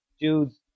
dudes